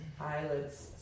eyelids